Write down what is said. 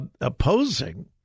opposing